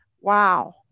wow